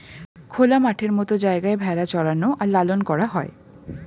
খোলা মাঠের মত জায়গায় ভেড়া চরানো আর লালন করা হয়